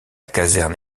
caserne